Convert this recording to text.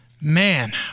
Man